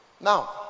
Now